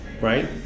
right